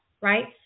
right